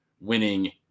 winning